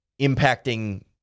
impacting